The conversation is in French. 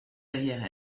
derrière